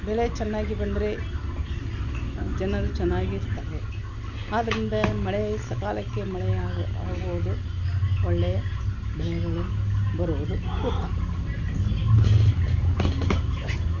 ಬೆಳೆ ಚೆನ್ನಾಗಿ ಬಂದರೆ ಜನರು ಚೆನ್ನಾಗಿರ್ತಾರೆ ಆದ್ದರಿಂದ ಮಳೆ ಸಕಾಲಕ್ಕೆ ಮಳೆಯಾಗ ಆಗುವುದು ಒಳ್ಳೆಯ ಬೆಳೆಗಳು ಬರುವುದು ಉತ್ತಮ